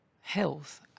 health